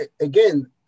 again